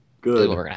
Good